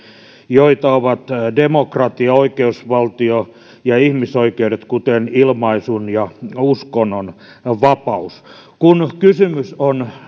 joita ovat demokratia oikeusvaltio ja ihmisoikeudet kuten ilmaisun ja uskonnonvapaus kun kysymys on